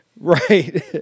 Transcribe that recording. Right